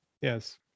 Yes